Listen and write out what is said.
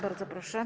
Bardzo proszę.